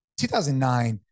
2009